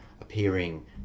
appearing